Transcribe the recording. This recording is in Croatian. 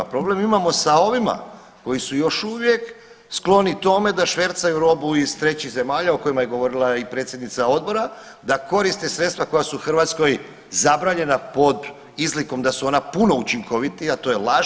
Problema imamo sa ovima koji su još uvijek skloni tome da švercaju robu iz trećih zemalja o kojima je govorila i predsjednica odbora da koriste sredstva koja su u Hrvatskoj zabranjena pod izlikom da su ona puno učinkovitija, a to je laž.